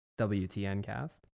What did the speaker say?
WTNcast